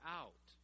out